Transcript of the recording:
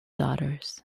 daughters